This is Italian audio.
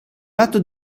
lato